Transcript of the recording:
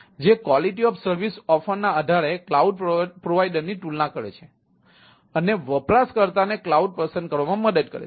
જે QoS offer ના આધારે કલાઉડ પ્રોવાઇડરની તુલના કરે છે અને વપરાશકર્તાને ક્લાઉડ પસંદ કરવામાં મદદ કરે છે